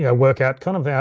yeah work out kind of our,